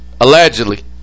allegedly